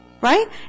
Right